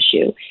issue